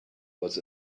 was